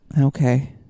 Okay